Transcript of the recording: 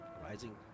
Rising